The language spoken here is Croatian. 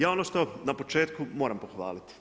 Ja ono što na početku moram pohvaliti.